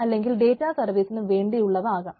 അല്ലെങ്കിൽ ഡേറ്റ സർവ്വീസിന് വേണ്ടിയിട്ടുള്ളവ ആകാം